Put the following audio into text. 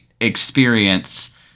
experience